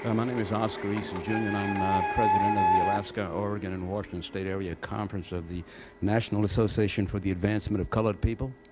um name is oscar eason, jr, and i'm president of the alaska, oregon, and washington state area conference of the national association for the advancement of colored people,